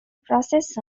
process